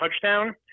touchdown